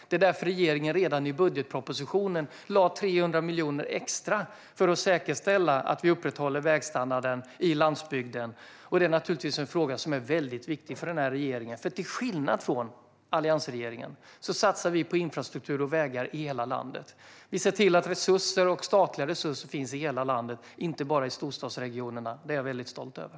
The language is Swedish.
Det är därför regeringen redan i budgetpropositionen lade 300 miljoner extra för att säkerställa att vi upprätthåller vägstandarden i landsbygden. Det är en fråga som är viktig för den här regeringen. Till skillnad från alliansregeringen satsar vi på infrastruktur och vägar i hela landet. Vi ser till att resurser, statliga och andra, finns i hela landet, och inte bara i storstadsregionerna. Det är jag väldigt stolt över.